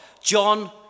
John